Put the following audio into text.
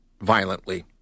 violently